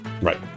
Right